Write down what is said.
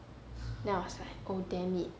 then I was like oh damn it